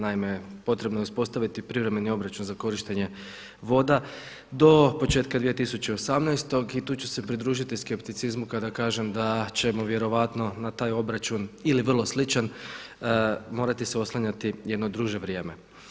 Naime, potrebno je uspostaviti Privremeni obračun za korištenje voda do početka 2018. godine i tu ću se pridružiti skepticizmu kada kažemo da ćemo vjerojatno na taj obračun ili vrlo sličan morati se oslanjati jedno duže vrijeme.